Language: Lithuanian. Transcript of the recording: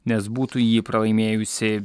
nes būtų jį pralaimėjusi